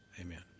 Amen